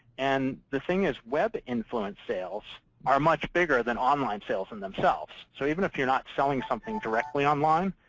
and the thing is, web-influenced sales are much bigger than online sales in themselves. so even if you're not selling something directly online,